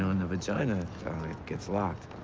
know, and the vagina gets locked.